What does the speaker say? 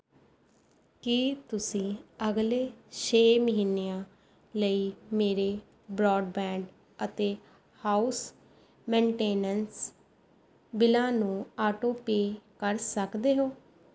ਕੀ ਤੁਸੀਂ ਅਗਲੇ ਛੇ ਮਹੀਨਿਆਂ ਲਈ ਮੇਰੇ ਬਰਾਡਬੈਂਡ ਅਤੇ ਹਾਊਸ ਮੇਨਟੇਨੈਂਸ ਬਿੱਲਾਂ ਨੂੰ ਆਟੋਪੇਅ ਕਰ ਸਕਦੇ ਹੋ